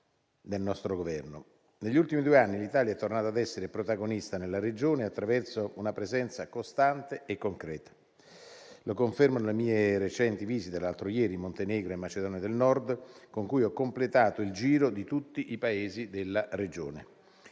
del nostro Governo. Negli ultimi due anni, l'Italia è tornata ad essere protagonista nella regione attraverso una presenza costante e concreta. Lo confermano le mie recenti visite l'altro ieri in Montenegro e in Macedonia del Nord, con cui ho completato il giro di tutti i Paesi della regione.